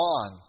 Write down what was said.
on